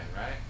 right